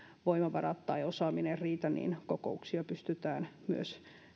voimavarat tai osaaminen riitä niin kokouksia pystytään myös